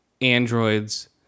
androids